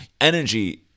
energy